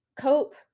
cope